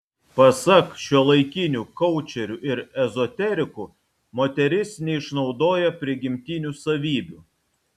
pasak šiuolaikinių koučerių ir ezoterikų moteris neišnaudoja prigimtinių savybių